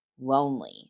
lonely